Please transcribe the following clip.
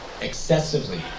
excessively